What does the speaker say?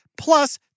plus